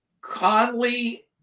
Conley